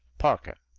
parker.